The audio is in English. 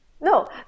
No